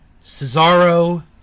Cesaro